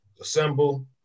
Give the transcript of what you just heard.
assemble